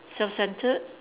self centred